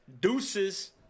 Deuces